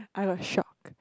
I got a shock